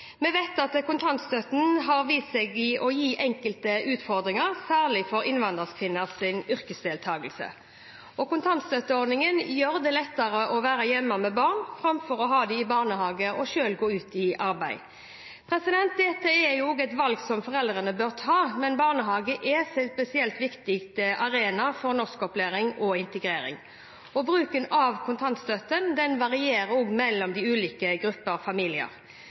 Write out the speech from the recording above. Vi vet at kontantstøtten har vist seg å gi enkelte utfordringer, særlig for innvandrerkvinners yrkesdeltakelse, og kontantstøtteordningen gjør det lettere å være hjemme med barn framfor å ha dem i barnehage og selv gå ut i arbeid. Dette er et valg som foreldrene bør få ta, men barnehagen er en spesielt viktig arena for norskopplæring og integrering. Bruken av kontantstøtte varierer mellom ulike grupper og familier.